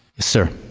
sir?